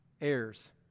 Heirs